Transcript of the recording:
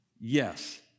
Yes